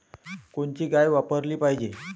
कोनची गाय वापराली पाहिजे?